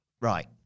right